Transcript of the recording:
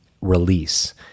release